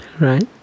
Right